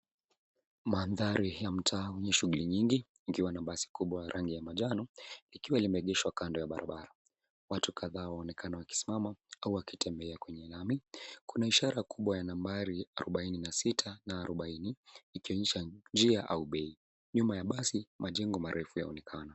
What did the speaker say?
Mandhari ya mta wenye shughuli nyingi, ikiwa na basi kubwa lenye rangi ya manjano, likiwa limegeshwa kando ya barabara. Watu kadhaa waonekana wakisimama au wakitembea kwenye lami. Kuna ishara kubwa ya nambari arubaini na sita na arubaini, ikionyesha njia au bei. Nyuma ya basi, majengo marefu yaonekana.